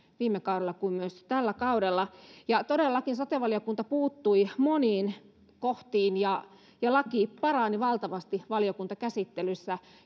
viime kaudella kuin myös tällä kaudella ja sote valiokunta todella puuttui moniin kohtiin ja laki parani valtavasti valiokuntakäsittelyssä